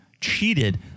cheated